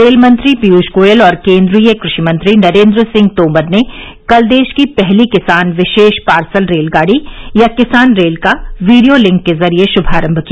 rail मंत्री पीयूष गोयल और केन्द्रीय कृषि मंत्री नरेन्द्र सिंह तोमर ने कल देश की पहली किसान विशेष पार्सल रेलगाड़ी या किसान रेल का वीडियो लिंक के जरिए शुभारंभ किया